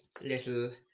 little